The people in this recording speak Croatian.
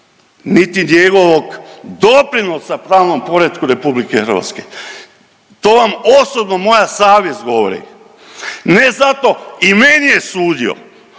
niti njegovog doprinosa pravnom poretku RH. To vam osobno moja savjest govori, ne zato i meni je sudio